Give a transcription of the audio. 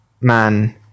man